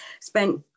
spent